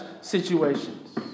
situations